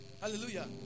Hallelujah